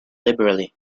liberally